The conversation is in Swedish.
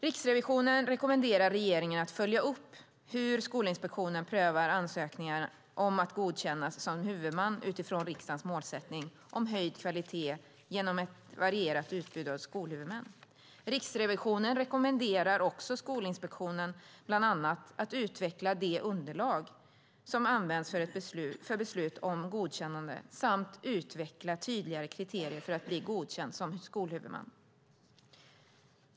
Riksrevisionen rekommenderar regeringen att följa upp hur Skolinspektionen prövar ansökningar om att godkännas som huvudman utifrån riksdagens målsättning om höjd kvalitet genom ett varierat utbud av skolhuvudmän. Riksrevisionen rekommenderar också Skolinspektionen bland annat att utveckla det underlag som används för beslut om godkännande samt utveckla tydligare kriterier för att bli godkänd som skolhuvudman.